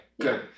good